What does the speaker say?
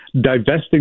divesting